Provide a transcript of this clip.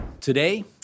Today